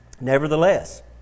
Nevertheless